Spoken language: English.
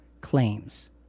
claims